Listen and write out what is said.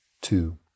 two